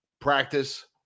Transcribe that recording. practice